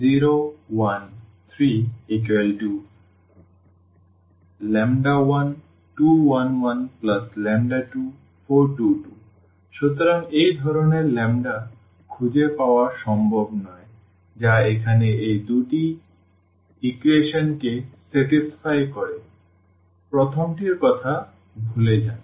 0 1 3 12 1 1 24 2 2 সুতরাং এই ধরনের λs খুঁজে পাওয়া সম্ভব নয় যা এখানে এই দুটি স ইকুয়েশনকে সন্তুষ্ট করে প্রথমটির কথা ভুলে যান